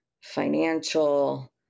financial